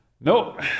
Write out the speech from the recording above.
nope